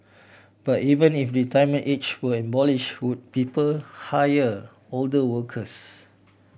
but even if retirement age were abolish would people hire older workers